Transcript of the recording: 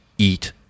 Eat